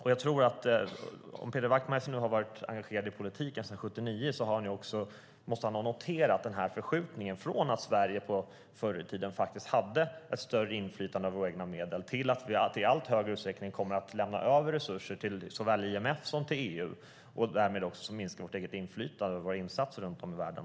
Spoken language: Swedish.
Om nu Peder Wachtmeister har varit engagerad i politiken sedan 1979 måste han ha noterat den här förskjutningen, från att Sverige förr i tiden hade ett större inflytande över sina egna medel till att vi i allt större utsträckning kommer att lämna över resurser till såväl IMF som EU och därmed minska vårt eget inflytande och våra insatser runt om i världen.